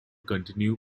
continue